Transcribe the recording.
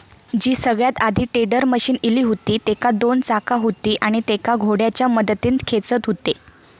जी सगळ्यात आधी tedder machine इली हुती तेका दोन चाका हुती आणि तेका घोड्याच्या मदतीन खेचत हुते